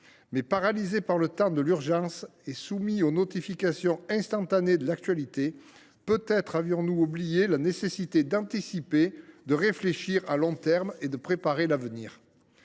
Paralysés par le temps de l’urgence et soumis aux notifications instantanées de l’actualité, peut être avions nous oublié la nécessité d’anticiper, de réfléchir à long terme et de préparer l’avenir.